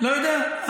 לא יודע,